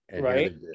Right